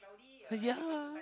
ya